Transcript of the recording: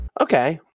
Okay